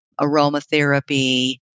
aromatherapy